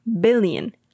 billion